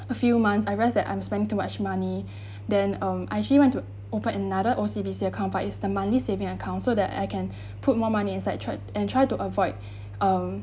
a few months I realize that I'm spending too much money then um I actually went to open another O_C_B_C account but it's the monthly saving account so that I can put more money inside tried and tried to avoid um